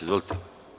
Izvolite.